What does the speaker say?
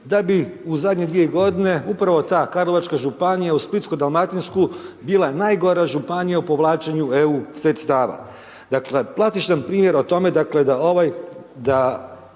da bi u zadnje dvije godine upravo ta karlovačka županija uz splitsko-dalmatinsku bila najgora županija u povlačenju EU sredstava. Dakle, klasičan primjer o tome da